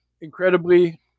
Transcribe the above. incredibly